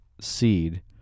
seed